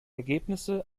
ergebnisse